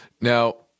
Now